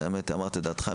אמרת את דעתך,